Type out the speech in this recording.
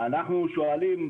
אנחנו שואלים,